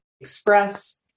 express